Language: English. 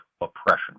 oppression